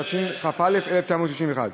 התשכ"א 1961,